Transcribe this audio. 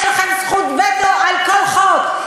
יש לכם זכות וטו על כל חוק,